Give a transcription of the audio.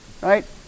right